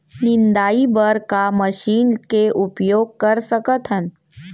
निंदाई बर का मशीन के उपयोग कर सकथन?